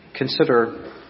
Consider